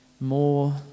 more